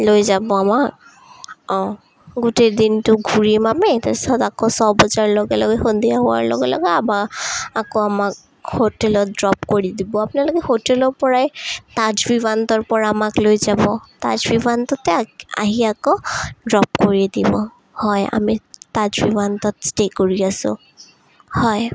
লৈ যাব আমাক অঁ গোটেই দিনটো ঘূৰিম আমি তাৰ পিছত আকৌ ছয় বজাৰ লগে লগে সন্ধিয়া হোৱাৰ লগে লগে আমাক আকৌ আমাক হোটেলত ড্ৰপ কৰি দিব আপোনালোকে হোটেলৰপৰাই তাজ ভিভান্তাৰপৰা আমাক লৈ যাব তাজ ভিভান্তাতে আহি আকৌ ড্ৰপ কৰি দিব হয় আমি তাজ ভিভান্তাত ষ্টে' কৰি আছো হয়